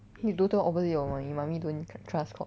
you total opposite your mummy mummy don't tr~ trust Courts